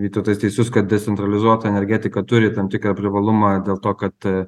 vytautas teisus kada decentralizuota energetika turi tam tikrą privalumą dėl to kad